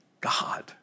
God